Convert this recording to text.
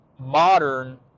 modern